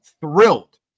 Thrilled